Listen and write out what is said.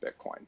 Bitcoin